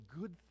good